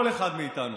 כל אחד מאיתנו.